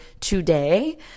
today